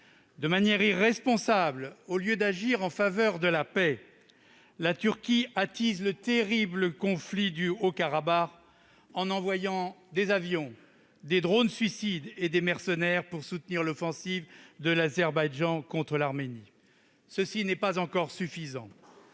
de manière irresponsable, au lieu d'agir en faveur de la paix, la Turquie attise le terrible conflit du Haut-Karabakh en envoyant des avions, des drones suicides et des mercenaires pour soutenir l'offensive de l'Azerbaïdjan contre l'Arménie. Cela n'est pas encore suffisant.